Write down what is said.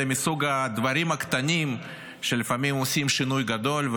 זה מסוג הדברים הקטנים שלפעמים עושים שינוי גדול,